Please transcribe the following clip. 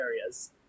areas